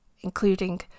including